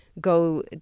go